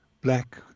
black